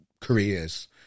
careers